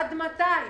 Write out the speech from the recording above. עד מתי?